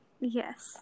yes